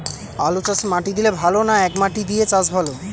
আলুচাষে মাটি দিলে ভালো না একমাটি দিয়ে চাষ ভালো?